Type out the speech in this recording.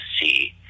see